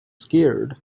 scared